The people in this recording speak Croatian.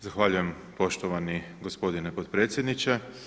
Zahvaljujem poštovani gospodine potpredsjedniče.